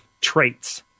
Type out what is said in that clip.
traits